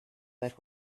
that